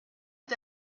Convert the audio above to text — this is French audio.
est